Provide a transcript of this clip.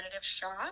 shop